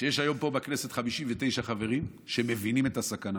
שיש היום פה בכנסת 59 חברים שמבינים את הסכנה.